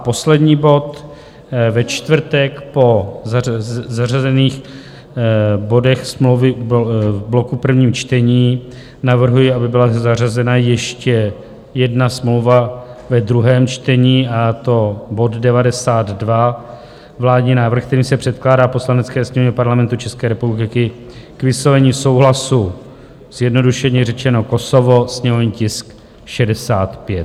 A poslední bod: ve čtvrtek po zařazených bodech Smlouvy v bloku prvních čtení navrhuji, aby byla zařazena ještě jedna smlouva ve druhém čtení, a to bod 92, vládní návrh, kterým se předkládá Poslanecké sněmovně Parlamentu České republiky k vyslovení souhlasu zjednodušeně řečeno Kosovo, sněmovní tisk 65.